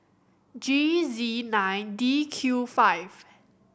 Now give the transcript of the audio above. G Z nine D Q five